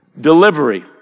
delivery